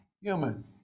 human